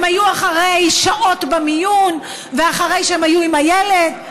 הם היום אחרי שעות במיון ואחרי שהם היו עם הילד,